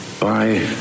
bye